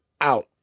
out